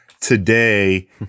today